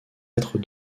être